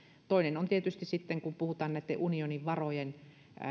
toinen sellainen on tietysti se kun puhutaan unionin varojen